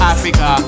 Africa